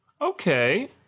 Okay